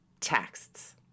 texts